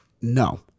No